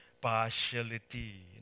partiality